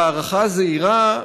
בהערכה זהירה,